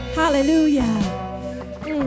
hallelujah